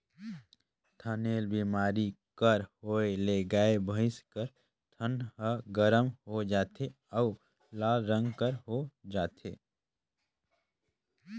थनैल बेमारी कर होए ले गाय, भइसी कर थन ह गरम हो जाथे अउ लाल रंग कर हो जाथे